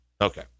Okay